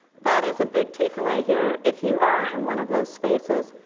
that is a big takeaway here. if you are in one of those spaces,